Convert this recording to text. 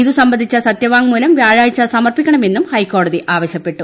ഇതു സംബന്ധിച്ച സത്യവാങ്മൂലം വ്യാഴാഴ്ച സമർപ്പിക്കണമെന്നും ഹൈക്കോടതി ആവശ്യപ്പെട്ടു